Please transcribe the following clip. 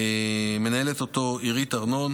מנהלת אותו עירית ארנון,